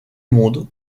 monde